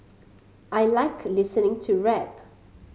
I like listening to rap